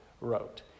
wrote